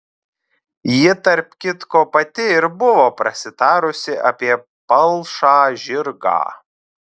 ji tarp kitko pati ir buvo prasitarusi apie palšą žirgą